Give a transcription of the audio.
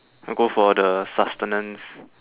go for the sustenance